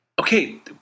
Okay